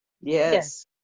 Yes